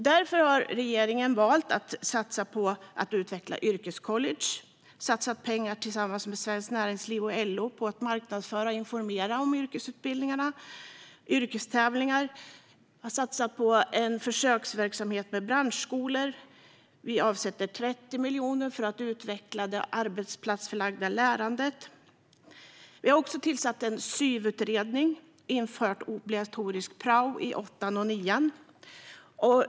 Därför har regeringen valt att satsa på att utveckla yrkescollege, satsat pengar tillsammans med Svenskt Näringsliv och LO på att marknadsföra och informera om yrkesutbildningar och yrkestävlingar. Man satsar på en försöksverksamhet med branschskolor och avsätter 30 miljoner för att utveckla det arbetsplatsförlagda lärandet. Man har också tillsatt en SYV-utredning och infört obligatorisk prao i åttan och nian.